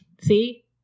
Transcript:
See